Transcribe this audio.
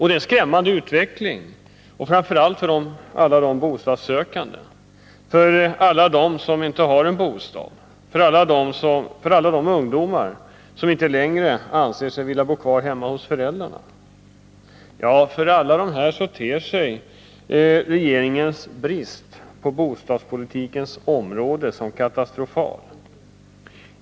Det är en skrämmande utveckling, framför allt för alla bostadssökande, för alla dem som inte har en bostad, för alla de ungdomar som inte längre anser sig vilja bo kvar hemma hos föräldrarna. För alla dessa ter sig regeringens brist på aktivitet på bostadspolitikens område som katastrofal.